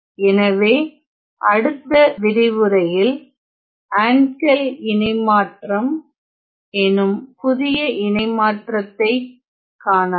எனவே அடுத்த விரிவுரையில் ஆன்கெல் இணைமாற்றம் எனும் புதிய இணைமற்றதை காணலாம்